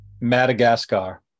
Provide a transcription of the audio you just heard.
Madagascar